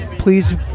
Please